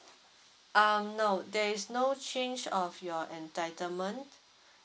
um no there is no change of your entitlement